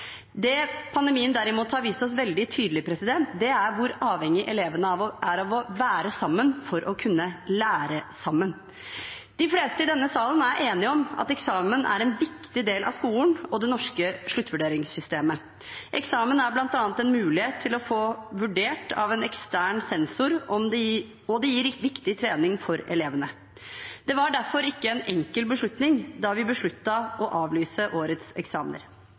Det pandemien derimot har vist oss veldig tydelig, er hvor avhengig elevene er av å være sammen for å kunne lære sammen. De fleste i denne salen er enige om at eksamen er en viktig del av skolen og det norske sluttvurderingssystemet. Eksamen er bl.a. en mulighet til å få en vurdering av en ekstern sensor, og det gir viktig trening for elevene. Det var derfor ikke en enkel beslutning å ta da vi avlyste årets eksamener.